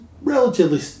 relatively